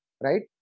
right